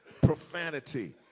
Profanity